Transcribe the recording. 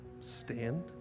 stand